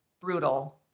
brutal